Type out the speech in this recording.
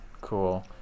cool